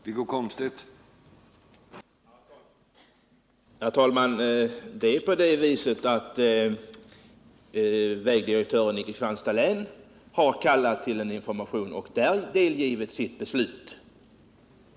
Herr talman! Vägdirektören i Kristianstads län har kallat till ett informationsmöte och där meddelat sitt beslut.